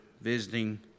visiting